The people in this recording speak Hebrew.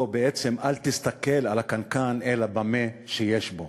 או בעצם: אל תסתכל על הקנקן אלא במה שיש בו,